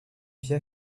via